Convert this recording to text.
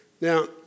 Now